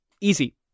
Easy